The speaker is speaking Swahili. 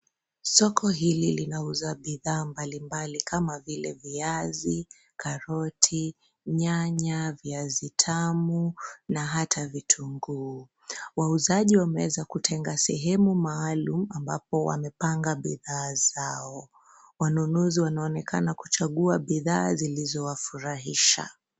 Soko hili linauza bidhaa mbalimbali kama vile: viazi, karoti, nyanya, viazi tamu, na hata vitunguu. Wauzaji wameweza kutenga sehemu maalum ambapo wamepanga bidhaa zao. Wanunuzi wanaonekana kuchagua bidhaa zilizowafurahisha.